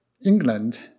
England